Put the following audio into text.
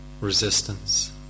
Resistance